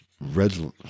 red